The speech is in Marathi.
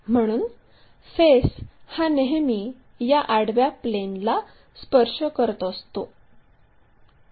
म्हणून फेस हा नेहमी या आडव्या प्लेनला स्पर्श करत असतो